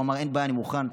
הוא אמר: אין בעיה, אני מוכן.